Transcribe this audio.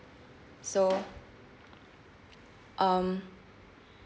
so um